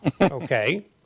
okay